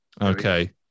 Okay